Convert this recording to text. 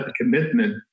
commitment